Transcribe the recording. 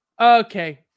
okay